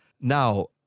Now